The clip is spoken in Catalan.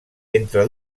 entre